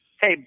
Hey